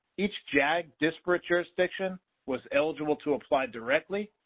each jag disparate jurisdiction was eligible to apply directly.